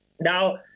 Now